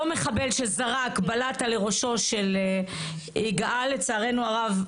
אותו מחבל שזרק בלטה לראשו של יגאל, לצערנו הרב.